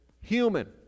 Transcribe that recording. human